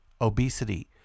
obesity